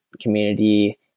community